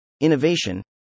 innovation